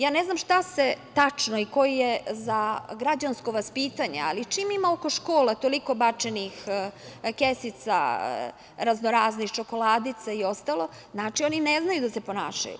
Ja ne znam šta tačno i ko je za građansko vaspitanje, ali čim ima oko škole toliko bačenih kesica raznoraznih čokoladica i ostalo, znači oni ne znaju da se ponašaju.